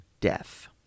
death